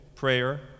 Prayer